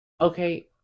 okay